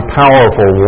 powerful